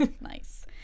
nice